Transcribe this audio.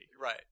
Right